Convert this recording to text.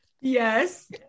yes